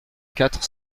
quatre